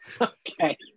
Okay